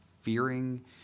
Fearing